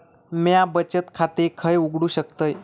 म्या बचत खाते खय उघडू शकतय?